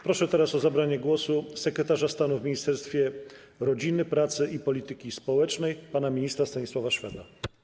Proszę teraz o zabranie głosu sekretarza stanu w Ministerstwie Rodziny, Pracy i Polityki Społecznej pana ministra Stanisława Szweda.